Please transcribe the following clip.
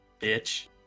bitch